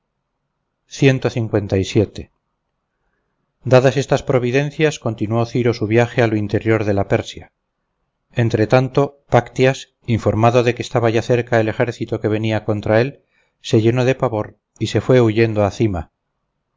sí al mismo páctyas dadas estas providencias continuó ciro su viaje a lo interior de la persia entretanto páctyas informado de que estaba ya cerca el ejército que venia contra él se llenó de pavor y se fue huyendo a cyma